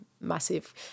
massive